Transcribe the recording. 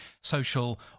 social